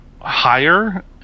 higher